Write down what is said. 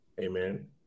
Amen